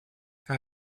how